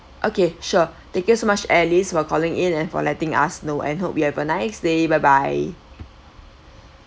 okay sure thank you so much alice for calling in and for letting us know and hope you have a nice day bye bye